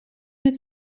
het